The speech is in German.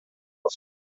auf